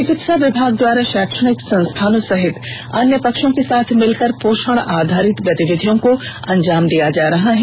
चिकित्सा विभाग द्वारा शैक्षणिक संस्थानों सहित अन्य पक्षों के साथ मिलकर पोषण आधारित गतिविधियों को अंजाम दिया जा रहा है